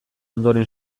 ondoren